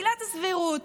עילת הסבירות